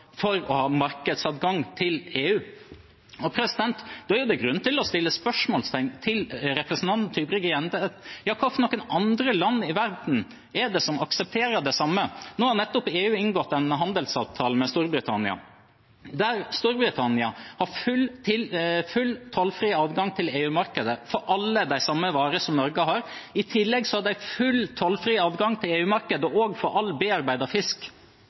for å ha markedsadgang til EU. Da er det grunn til å spørre representanten Tybring-Gjedde: Hvilke andre land i verden er det som aksepterer det samme? Nå har EU nettopp inngått en handelsavtale med Storbritannia der Storbritannia har full tollfri adgang til EU-markedet for de samme varer som Norge har. I tillegg har de full tollfri adgang til EU-markedet også for all bearbeidet fisk.